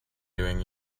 doing